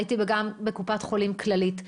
הייתי גם בקופת חולים כללית.